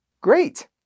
Great